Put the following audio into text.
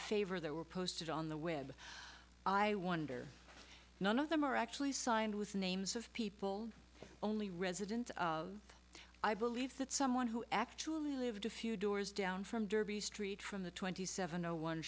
favor that were posted on the web i wonder none of them are actually signed with the names of people only resident i believe that someone who actually lived a few doors down from derby street from the twenty seven no one